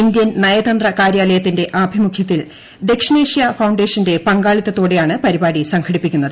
Indian നയതന്ത്ര കാര്യാലയത്തിന്റെ ആഭിമുഖ്യത്തിൽ ദക്ഷിണേഷ്യ ഫൌണ്ടേഷന്റെ പങ്കാളിത്തത്തോടെയാണ് പരിപാടി സംഘടിപ്പിക്കുന്നത്